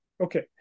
Okay